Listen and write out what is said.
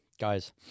Guys